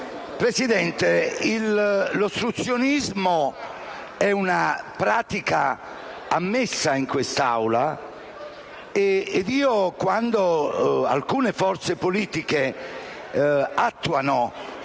Presidente, l'ostruzionismo è una pratica ammessa in quest'Aula e io, quando alcune forze politiche attuano